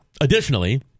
additionally